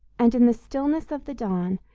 and in the stillness of the dawn,